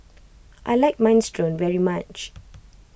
I like Minestrone very much